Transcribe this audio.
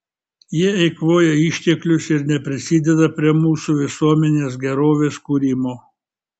jie eikvoja išteklius ir neprisideda prie mūsų visuomenės gerovės kūrimo